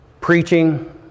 preaching